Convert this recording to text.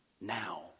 Now